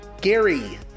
Gary